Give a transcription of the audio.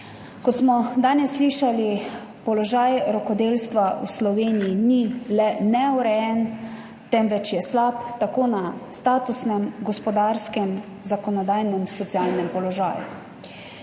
Kot smo danes slišali, položaj rokodelstva v Sloveniji ni le neurejen, temveč je slab tako njegov statusni, gospodarski, zakonodajni in socialni položaj.